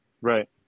Right